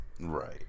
Right